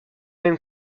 même